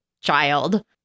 child